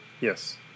Yes